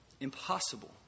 impossible